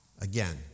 Again